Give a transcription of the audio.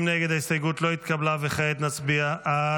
הסתייגות 99 לחלופין